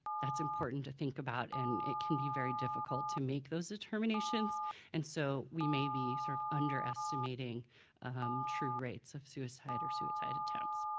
that's important to think about and it can be very difficult to make those determinations and so, we may be sort of underestimating true rates of suicide or suicide attempts.